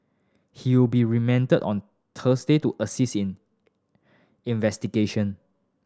he will be remanded on Thursday to assist in investigation